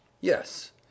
Yes